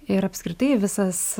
ir apskritai visas